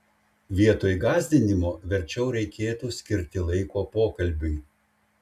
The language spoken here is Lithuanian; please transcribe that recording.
vietoj gąsdinimo verčiau reikėtų skirti laiko pokalbiui